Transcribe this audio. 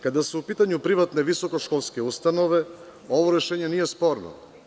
Kada su u pitanju privatne visokoškolske ustanove, ovo rešenje nije sporno.